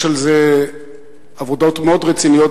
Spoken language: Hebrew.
יש על זה עבודות מאוד רציניות,